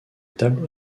tableau